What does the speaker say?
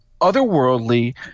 otherworldly